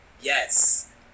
yes